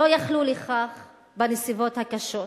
לא יכלו להגיע לכך בנסיבות הקשות.